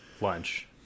Lunch